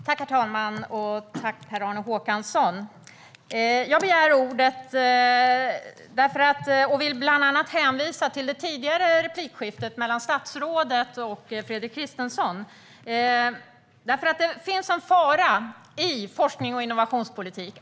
Herr talman! Jag begär ordet och vill bland annat hänvisa till det tidigare replikskiftet mellan statsrådet och Fredrik Christensson. Det finns en fara i forsknings och innovationspolitik.